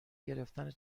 گرفتن